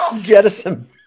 jettison